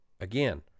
Again